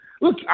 Look